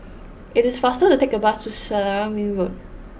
it is faster to take a bus to Selarang Ring Road